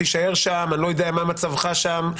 כשאני לא יודע מה מצבו שם,